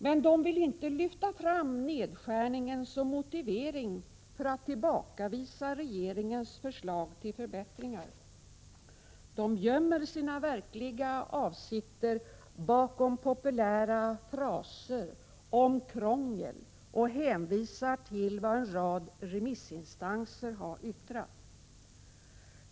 Men de vill inte lyfta fram nedskärningen som motivering för att tillbakavisa regeringens förslag till förbättringar. De gömmer sina verkliga avsikter bakom populära fraser om krångel och hänvisar till vad en rad remissinstanser har yttrat.